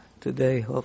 today